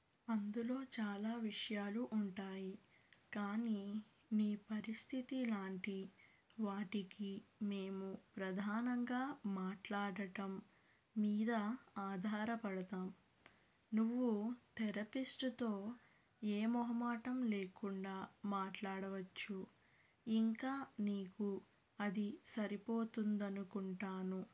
అందులో చాలా విషయాలు ఉంటాయి కానీ నీ పరిస్థితి లాంటి వాటికి మేము ప్రధానంగా మాట్లాడటం మీద ఆధారపడతాం నువ్వు థెరపిస్టుతో ఏ మొహమాటం లేకుండా మాట్లాడవచ్చు ఇంకా నీకు అది సరిపోతుందనుకుంటాను